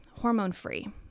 hormone-free